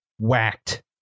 whacked